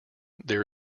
there